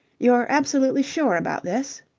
you're absolutely sure about this